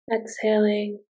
Exhaling